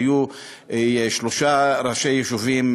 היו שלושה ראשי יישובים,